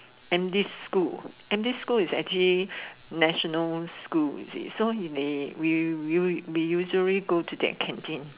Andes school Andes alcohol is actually national school you see so he may we we we we usually go to that canteen